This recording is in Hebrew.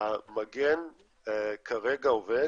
המגן כרגע עובד.